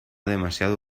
demasiado